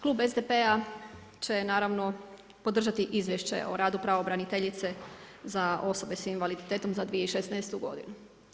Klub SDP-a će naravnom podržati Izvješće o radu pravobraniteljice za osobe sa invaliditetom za 2016. godinu.